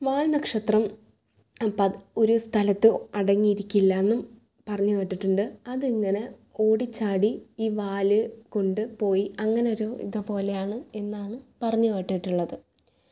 വാൽനക്ഷത്രം ഒരു സ്ഥലത്ത് അടങ്ങിയിരിക്കില്ലാന്നും പറഞ്ഞ് കേട്ടിട്ടുണ്ട് അതിങ്ങനെ ഓടിച്ചാടി ഈ വാല് കൊണ്ട് പോയി അങ്ങനൊരു ഇത് പോലെയാണ് എന്നാണ് പറഞ്ഞ് കേട്ടിട്ടുള്ളത്